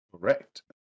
Correct